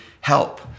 help